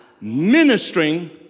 ministering